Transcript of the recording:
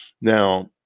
Now